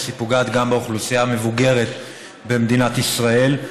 אלא פוגעת גם באוכלוסייה המבוגרת במדינת ישראל.